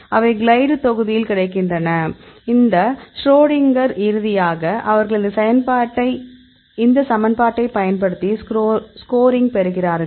அவை கிளைடு தொகுதியில் கிடைக்கின்றன இந்த ஷ்ரோடிங்கரில் இறுதியாக அவர்கள் இந்த சமன்பாட்டைப் பயன்படுத்தி ஸ்கோரிங் பெறுகிறார்கள்